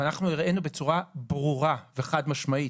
אנחנו הראינו בצורה ברורה וחד משמעית,